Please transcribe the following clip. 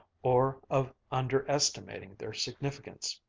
or of underestimating their significance.